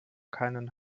keinen